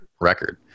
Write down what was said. record